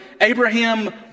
Abraham